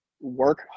work